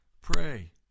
Pray